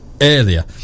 earlier